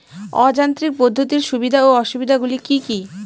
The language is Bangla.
অযান্ত্রিক পদ্ধতির সুবিধা ও অসুবিধা গুলি কি কি?